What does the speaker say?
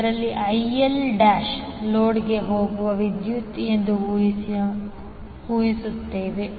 ಇದರಲ್ಲಿ IL ಲೋಡ್ಗೆ ಹೋಗುವ ವಿದ್ಯುತ್ ಎಂದು ಊಹಿಸುತ್ತವೆ